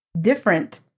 different